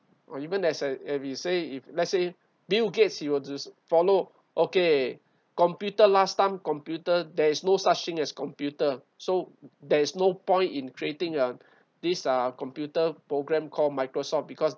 or even as I if you say if let's say bill gates he will just follow okay computer last time computer there is no such thing as computer so there is no point in creating uh this uh computer program called microsoft because